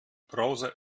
browser